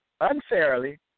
unfairly